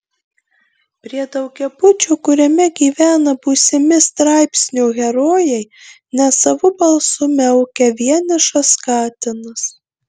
prie daugiabučio kuriame gyvena būsimi straipsnio herojai nesavu balsu miaukia vienišas katinas